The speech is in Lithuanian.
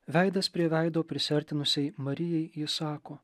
veidas prie veido prisiartinusiai marijai jis sako